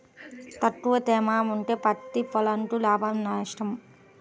తక్కువ తేమ ఉంటే పత్తి పొలంకు లాభమా? నష్టమా?